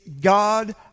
God